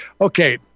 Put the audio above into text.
Okay